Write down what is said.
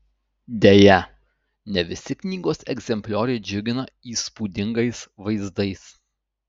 deja ne visi knygos egzemplioriai džiugina įspūdingais vaizdais